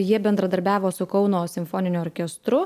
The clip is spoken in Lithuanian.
jie bendradarbiavo su kauno simfoniniu orkestru